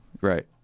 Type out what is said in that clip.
right